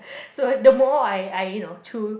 so the more I I you know through